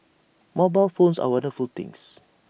mobile phones are wonderful things